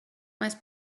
meist